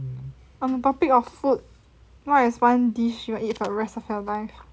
on the topic of food what is one dish you will eat for the rest of your life